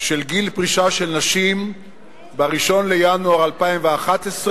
של גיל פרישה של נשים ב-1 בינואר 2011,